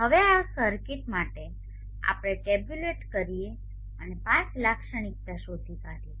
હવે આ સર્કિટ માટે ચાલો આપણે ટેબ્યુલેટ કરીએ અને IV લાક્ષણિકતા શોધી કાઢીએ